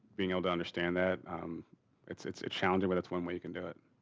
being able to understand that it's it's a challenge. but that's one way you can do it.